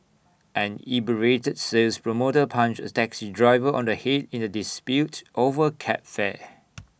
an inebriated sales promoter punched A taxi driver on the Head in the dispute over cab fare